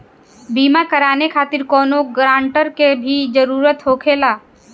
बीमा कराने खातिर कौनो ग्रानटर के भी जरूरत होखे ला?